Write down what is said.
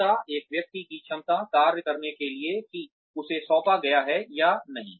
योग्यता एक व्यक्ति की क्षमता कार्य करने के लिए कि उसे सौंपा गया है या नहीं